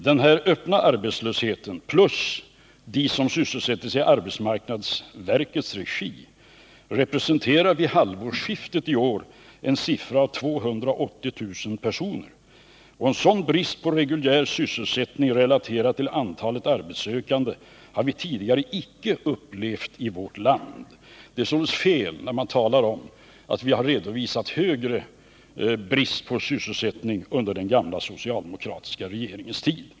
Den öppna arbetslösheten plus de som sysselsätts i arbetsmarknadsverkets regi representerade vid halvårsskiftet i år en siffra på 280 000 personer. En sådan brist på reguljär sysselsättning relaterad till antalet arbetssökande har vi tidigare icke upplevt i vårt land. Det är således fel när man talar om att vi har redovisat större brist på sysselsättning under den gamla socialdemokratiska regeringens tid.